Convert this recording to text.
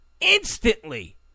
instantly